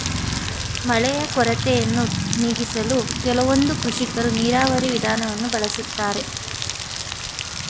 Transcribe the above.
ಮಳೆಯ ಕೊರತೆಯನ್ನು ನೀಗಿಸಲು ಕೆಲವೊಂದು ಕೃಷಿಕರು ನೀರಾವರಿ ವಿಧಾನವನ್ನು ಬಳಸ್ತಾರೆ